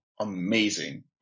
amazing